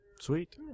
Sweet